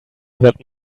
that